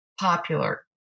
popular